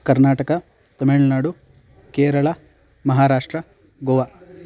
कर्नाटकः तमिळ्नाडु केरळ महाराष्ट्रं गोवा